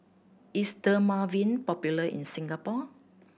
is Dermaveen popular in Singapore